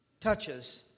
touches